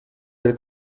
del